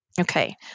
Okay